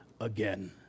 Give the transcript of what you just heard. again